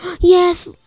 Yes